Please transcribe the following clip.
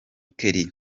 kelly